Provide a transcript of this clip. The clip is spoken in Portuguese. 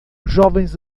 jovens